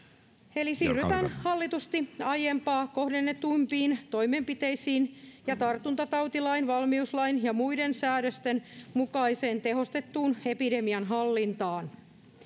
hyvä eli siirrytään hallitusti aiempaa kohdennetumpiin toimenpiteisiin ja tartuntatautilain valmiuslain ja muiden säädösten mukaiseen tehostettuun epidemian hallintaan